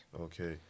Okay